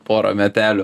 porą medelių